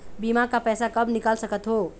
बीमा का पैसा कब निकाल सकत हो?